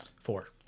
Four